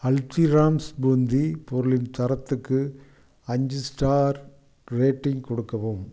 ஹல்திராம்ஸ் பூந்தி பொருளின் தரத்துக்கு அஞ்சு ஸ்டார் ரேட்டிங் கொடுக்கவும்